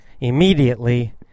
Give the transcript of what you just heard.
immediately